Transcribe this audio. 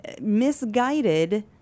misguided